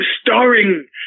starring